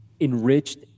enriched